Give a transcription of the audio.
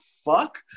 fuck